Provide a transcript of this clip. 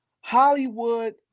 Hollywood